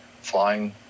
flying